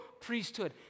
priesthood